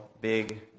big